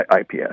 IPS